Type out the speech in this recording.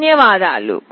ధన్యవాదాలు